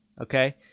okay